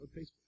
Facebook